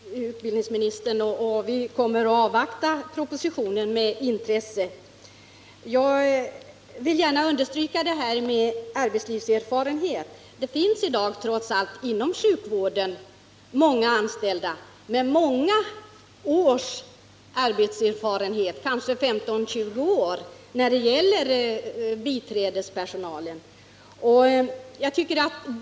Herr talman! Jag tackar utbildningsministern för den upplysningen. Vi kommer att avvakta propositionen med intresse. Jag vill gärna understryka detta med arbetslivserfarenhet. Det finns i dag trots allt inom sjukvården många anställda bland biträdespersonalen som har många års arbetslivserfarenhet, kanske 15-20 år.